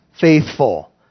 faithful